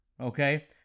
Okay